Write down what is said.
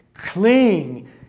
Cling